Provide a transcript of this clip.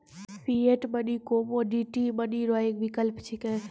fiat money commodity money रो एक विकल्प छिकै